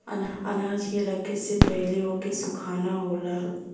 अनाज के रखे से पहिले ओके सुखाना होला